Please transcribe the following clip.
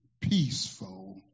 Peaceful